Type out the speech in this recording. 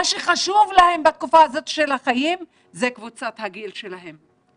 מה שחשוב להם בתקופה הזאת של החיים זה קבוצת הגיל שלהם.